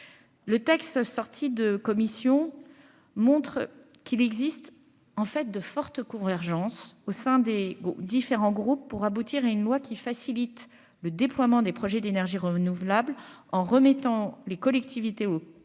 le texte sorti de commission montre qu'il existe en fait de fortes couvre urgence au sein des différents groupes pour aboutir à une loi qui facilite le déploiement des projets d'énergie renouvelable en remettant les collectivités au au coeur